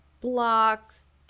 Blocks